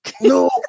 No